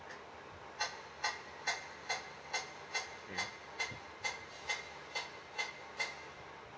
mm